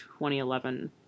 2011